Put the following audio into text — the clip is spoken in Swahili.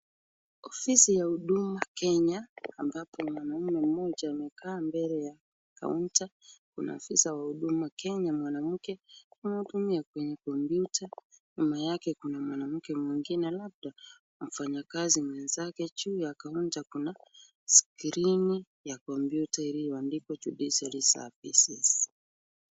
Ofisi ya huduma kenya ambapo mwanaume mmoja amekaa mbele ya kaunta. Kuna afisa wa huduma kenya mwanamke akimhudumia kwenye kompyuta. Nyuma yake kuna mwanamke mwingine labda mfanyakazi mwenzake. Juu ya kaunta kuna skrini ya kompyuta iliyoandikwa "judiciary services".